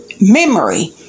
memory